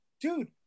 dude